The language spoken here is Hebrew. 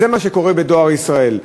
זה מה שקורה ב"דואר ישראל".